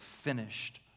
finished